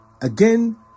Again